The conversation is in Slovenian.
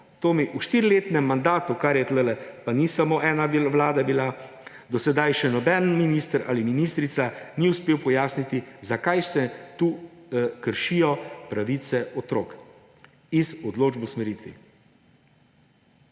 mi v štiriletnem mandatu, kar je tukaj, pa ni samo ena vlada bila, do sedaj še nobeden minister ali ministrica ni uspel pojasniti, zakaj se tukaj kršijo pravice otrok iz odločb o usmeritvi.